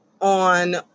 On